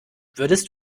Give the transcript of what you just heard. würdest